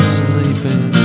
sleeping